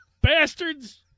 Bastards